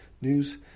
news